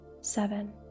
seven